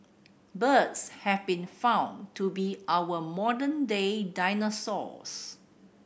birds have been found to be our modern day dinosaurs